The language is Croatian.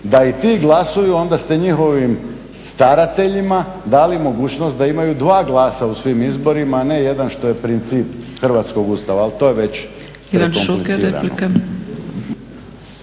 da i ti glasuju onda ste njihovim starateljima dali mogućnost da imaju dva glasa u svim izborima a ne jedan što je princip hrvatskog Ustava ali to je već prekomplicirano.